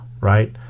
right